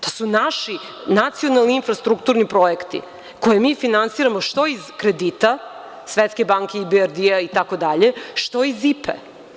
To su naši nacionalni infrastrukturni projekti koje mi finansiramo što iz kredita Svetske banke, IBRD itd, što iz IPE.